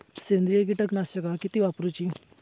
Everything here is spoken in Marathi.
सेंद्रिय कीटकनाशका किती वापरूची?